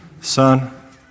Son